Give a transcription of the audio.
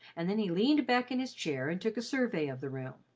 and then he leaned back in his chair and took a survey of the room.